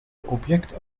object